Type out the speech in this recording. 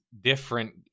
different